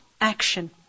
action